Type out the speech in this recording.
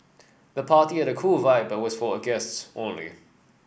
the party had a cool vibe but was for guests only